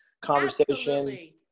conversation